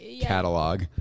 catalog